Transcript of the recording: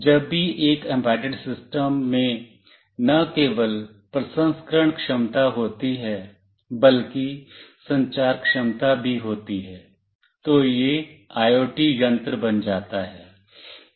जब भी एक एम्बेडेड सिस्टम में न केवल प्रसंस्करण क्षमता होती है बल्कि संचार क्षमता भी होती है तो यह आईओटी यंत्र बन जाता है